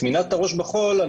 טמינת הראש בחול.